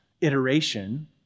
iteration